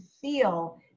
feel